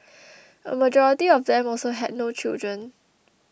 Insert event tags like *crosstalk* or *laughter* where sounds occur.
*noise* a majority of them also had no children